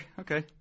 Okay